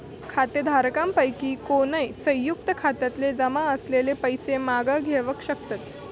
खातेधारकांपैकी कोणय, संयुक्त खात्यातले जमा असलेले पैशे मागे घेवक शकतत